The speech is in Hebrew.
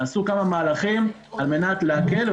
נעשו כמה מהלכים על מנת להקל.